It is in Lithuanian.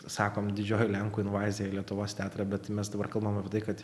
sakom didžioji lenkų invazija į lietuvos teatrą bet mes dabar kalbam apie tai kad